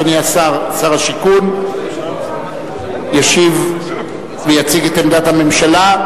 אדוני שר השיכון ישיב ויציג את עמדת הממשלה.